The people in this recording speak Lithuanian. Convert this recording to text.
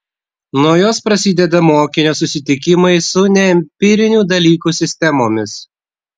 nuo jos prasideda mokinio susitikimai su neempirinių dalykų sistemomis